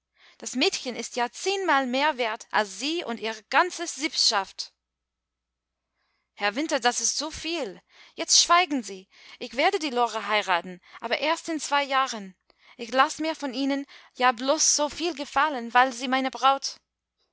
das mädchen ist ja zehnmal mehr wert als sie und ihre ganze sippschaft herr winter das ist zu viel jetzt schweigen sie ich werde die lore heiraten aber erst in zwei jahren ich laß mir von ihnen ja bloß so viel gefallen weil sie meine braut